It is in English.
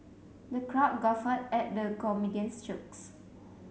the crowd guffawed at the comedian's jokes